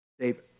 David